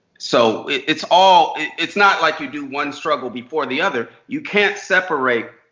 so it's all it's not like you do one struggle before the other. you can't separate